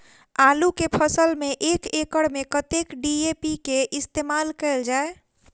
आलु केँ फसल मे एक एकड़ मे कतेक डी.ए.पी केँ इस्तेमाल कैल जाए?